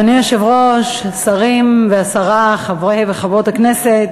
אדוני היושב-ראש, השרים והשרה, חברי וחברות הכנסת,